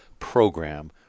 program